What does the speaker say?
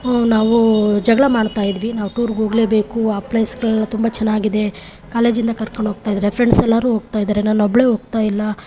ನಾವು ಜಗಳ ಮಾಡ್ತಾಯಿದ್ವಿ ನಾವು ಟೂರ್ಗೆ ಹೋಗ್ಲೇಬೇಕು ಆ ಪ್ಲೇಸ್ಗಳೆಲ್ಲ ತುಂಬ ಚೆನ್ನಾಗಿದೆ ಕಾಲೇಜಿಂದ ಕರ್ಕೊಂಡು ಹೋಗ್ತಾ ಇದ್ದಾರೆ ಫ್ರೆಂಡ್ಸ್ ಎಲ್ಲರೂ ಹೋಗ್ತಾ ಇದ್ದಾರೆ ನಾನೊಬ್ಬಳೆ ಹೋಗ್ತಾ ಇಲ್ಲ